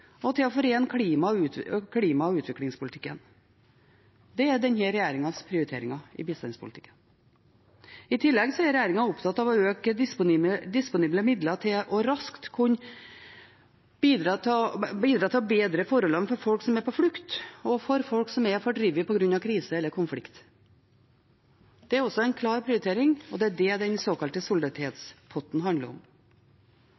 og til å forene klimapolitikken og utviklingspolitikken. Det er denne regjeringens prioriteringer i bistandspolitikken. I tillegg er regjeringen opptatt av å øke disponible midler til raskt å kunne bidra til å bedre forholdene for folk som er på flukt, og for folk som er fordrevet på grunn av krise eller konflikt. Det er også en klar prioritering, og det er det den såkalte